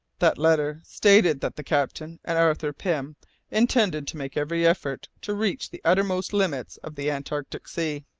that letter stated that the captain and arthur pym intended to make every effort to reach the uttermost limits of the antarctic sea!